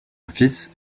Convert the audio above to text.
fils